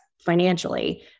financially